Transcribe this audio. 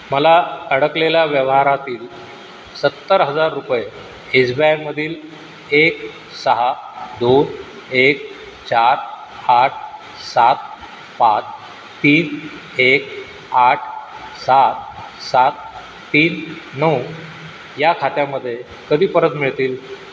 मला अडकलेल्या व्यवहारातील सत्तर हजार रुपये एस बी आयमधील एक सहा दोन एक चार आठ सात पाच तीन एक आठ सात सात तीन नऊ या खात्यामध्ये कधी परत मिळतील